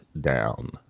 down